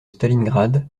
stalingrad